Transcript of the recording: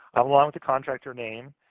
along with the contractor name,